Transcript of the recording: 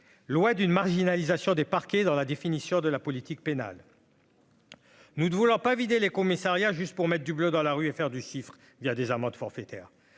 loi d'une marginalisation des parquets dans la définition de la politique pénale. Nous ne voulons pas vider les commissariats juste pour mettre du bleu dans la rue et faire du chiffre, il y a des amendes forfaitaires,